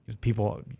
people